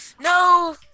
No